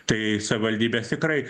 tai savivaldybės tikrai